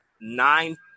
nine